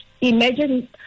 Imagine